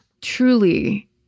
Truly